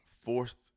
forced